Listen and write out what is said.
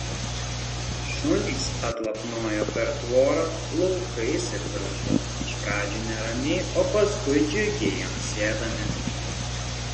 šunys atlapnojo per tvorą laukais ir daržu iš pradžių neramiai o paskui džiugiai amsėdami